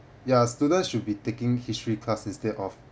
ya students should be taking history class instead of